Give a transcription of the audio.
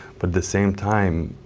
but the same time,